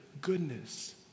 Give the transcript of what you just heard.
goodness